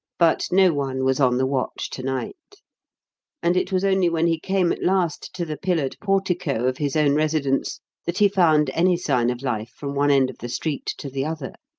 but no one was on the watch to-night and it was only when he came at last to the pillared portico of his own residence that he found any sign of life from one end of the street to the other.